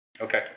Okay